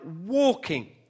walking